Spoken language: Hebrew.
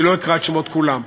אני לא אקרא את שמות כולם.